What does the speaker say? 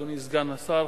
אדוני סגן השר,